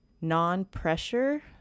non-pressure